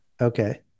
Okay